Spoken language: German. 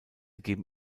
geben